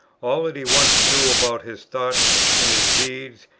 all that he once knew about his thoughts and his deeds,